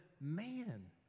man